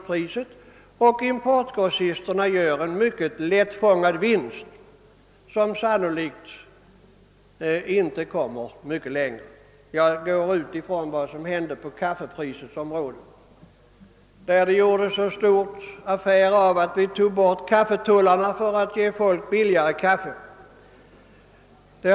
Därigenom kan grossisterna göra sig en lättfångad vinst. Jag utgår då ifrån vad som hände med kaffepriset. Där gjordes det stor affär av att kaffetullen togs bort och att människorna här i landet därigenom skulle få billigare kaffe.